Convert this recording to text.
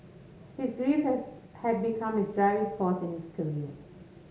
his grief has had become his driving force in his career